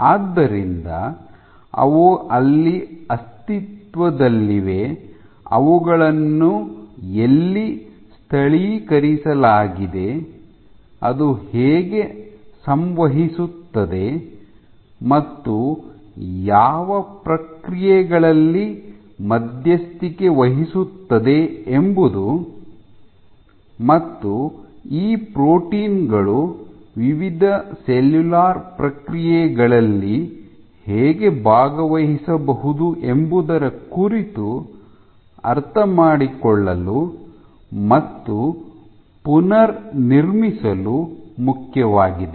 ಆದ್ದರಿಂದ ಅವು ಎಲ್ಲಿ ಅಸ್ತಿತ್ವದಲ್ಲಿವೆ ಅವುಗಳನ್ನು ಎಲ್ಲಿ ಸ್ಥಳೀಕರಿಸಲಾಗಿದೆ ಅದು ಹೇಗೆ ಸಂವಹಿಸುತ್ತದೆ ಮತ್ತು ಯಾವ ಪ್ರಕ್ರಿಯೆಗಳಲ್ಲಿ ಮಧ್ಯಸ್ಥಿಕೆ ವಹಿಸುತ್ತದೆ ಎಂಬುದು ಮತ್ತು ಈ ಪ್ರೋಟೀನ್ ಗಳು ವಿವಿಧ ಸೆಲ್ಯುಲಾರ್ ಪ್ರಕ್ರಿಯೆಗಳಲ್ಲಿ ಹೇಗೆ ಭಾಗವಹಿಸಬಹುದು ಎಂಬುದರ ಕುರಿತು ಅರ್ಥಮಾಡಿಕೊಳ್ಳಲು ಮತ್ತು ಪುನರ್ನಿರ್ಮಿಸಲು ಮುಖ್ಯವಾಗಿದೆ